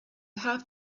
have